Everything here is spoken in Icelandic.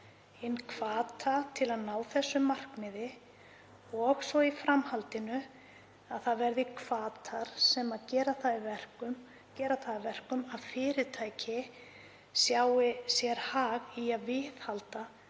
inn hvata til að ná þessu markmiði og í framhaldinu að það verði hvatar sem gera það að verkum að fyrirtæki sjái sér hag í að viðhalda